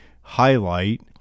highlight